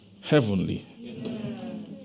heavenly